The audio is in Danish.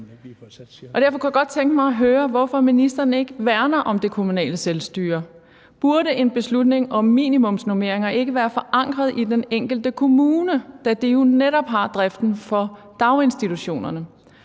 Derfor kunne jeg godt tænke mig at høre, hvorfor ministeren ikke værner om det kommunale selvstyre. Burde en beslutning om minimumsnormeringer ikke være forankret i den enkelte kommune, da de jo netop står for driften af daginstitutionerne?